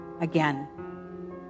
again